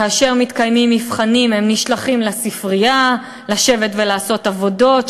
כאשר מתקיימים מבחנים הם נשלחים לספרייה לשבת ולעשות עבודות,